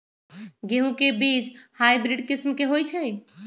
गेंहू के बीज हाइब्रिड किस्म के होई छई?